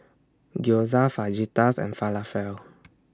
Gyoza Fajitas and Falafel